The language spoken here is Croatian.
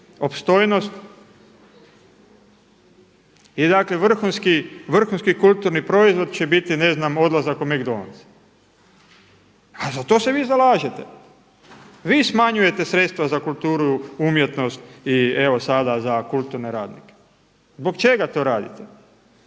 i dakle vrhunski kulturni proizvod će biti ne znam odlazak u Mc Donald's. A za to se vi zalažete, vi smanjujete sredstva za kulturu, umjetnost i evo sada za kulturne radnike. Zbog čega to radite?